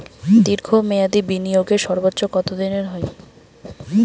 দীর্ঘ মেয়াদি বিনিয়োগের সর্বোচ্চ কত দিনের হয়?